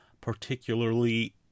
particularly